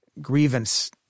grievance